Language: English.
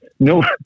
No